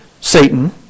Satan